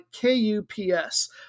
KUPS